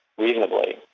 reasonably